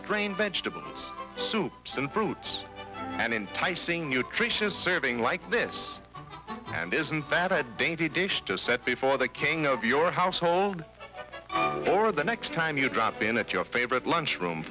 strain vegetable soup some fruits and enticing nutritious serving like this and isn't that a dainty dish to set before the king of your household or the next time you drop in at your favorite lunch room